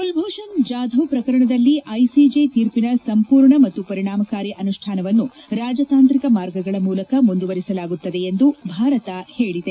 ಕುಲ್ಫೂಷಣ್ ಜಾಧವ್ ಪ್ರಕರಣದಲ್ಲಿ ಐಸಿಜೆ ತೀರ್ಪಿನ ಸಂಪೂರ್ಣ ಮತ್ತು ಪರಿಣಾಮಕಾರಿ ಅನುಷ್ಡಾನವನ್ನು ರಾಜತಾಂತ್ರಿಕ ಮಾರ್ಗಗಳ ಮೂಲಕ ಮುಂದುವರಿಸಲಾಗುತ್ತಿದೆ ಎಂದು ಭಾರತ ಹೇಳಿದೆ